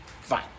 Fine